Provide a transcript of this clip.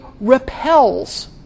repels